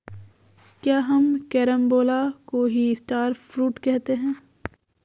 क्या हम कैरम्बोला को ही स्टार फ्रूट कहते हैं?